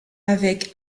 avec